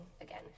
again